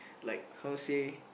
like how say